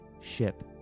ship